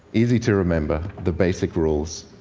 easy to remember the basic rules